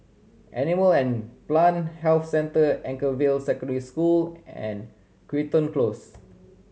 Animal and Plant Health Centre Anchorvale Secondary School and Crichton Close